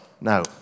Now